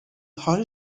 high